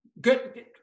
good